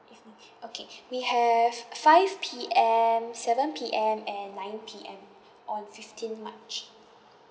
evening okay we have five P_M seven P_M and nine P_M on fifteen march